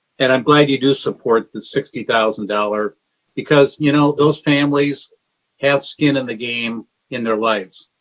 and i'm glad you do support the sixty thousand dollars because you know those families have skin in the game in their lives.